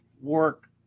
work